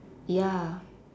ya